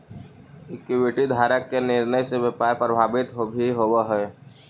equity धारक के निर्णय से व्यापार प्रभावित भी होवऽ हइ